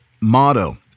motto